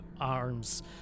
arms